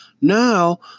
Now